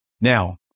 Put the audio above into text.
Now